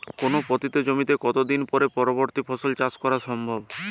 কোনো পতিত জমিতে কত দিন পরে পরবর্তী ফসল চাষ করা সম্ভব?